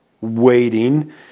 waiting